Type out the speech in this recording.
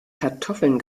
kartoffeln